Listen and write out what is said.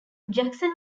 jackson